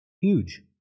huge